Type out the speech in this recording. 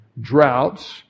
droughts